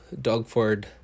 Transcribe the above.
dogford